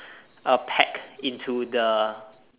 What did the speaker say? err pegged into the